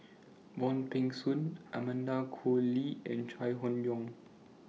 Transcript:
Wong Peng Soon Amanda Koe Lee and Chai Hon Yoong